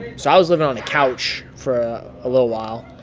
so i was living on a couch for a little while.